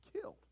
killed